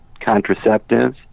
contraceptives